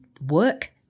work